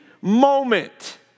moment